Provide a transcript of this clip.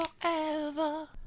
forever